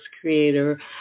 creator